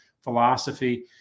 philosophy